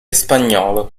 spagnolo